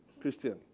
Christian